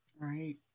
Right